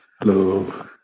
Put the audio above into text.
Hello